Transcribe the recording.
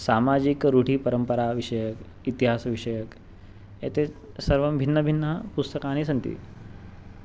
सामाजिकरुढिपरम्पराविषयकं इतिहासविषयकम् एते सर्वं भिन्नभिन्नपुस्तकानि सन्ति